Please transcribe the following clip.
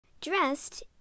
Dressed